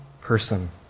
person